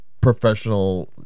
Professional